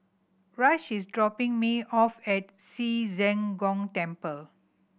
Rush is dropping me off at Ci Zheng Gong Temple